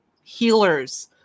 healers